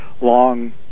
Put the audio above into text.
long